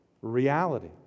reality